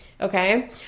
Okay